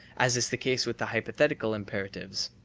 as is the case with the hypothetical imperatives.